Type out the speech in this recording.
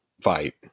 fight